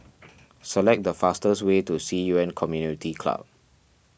select the fastest way to Ci Yuan Community Club